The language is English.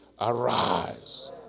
Arise